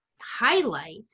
highlight